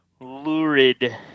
lurid